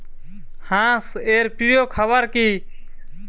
হাঁস এর প্রিয় খাবার কি?